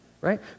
right